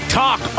talk